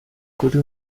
kuri